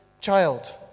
child